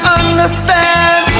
understand